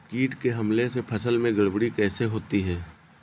कीट के हमले से फसल में गड़बड़ी कैसे होती है?